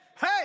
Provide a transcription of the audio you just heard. hey